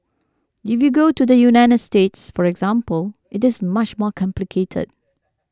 if you go to the United States for example it is much more complicated